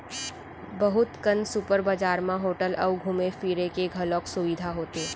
बहुत कन सुपर बजार म होटल अउ घूमे फिरे के घलौक सुबिधा होथे